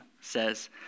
says